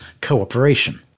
cooperation